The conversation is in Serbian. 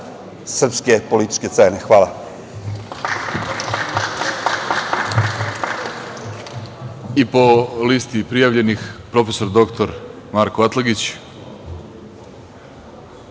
srpske političke scene. Hvala.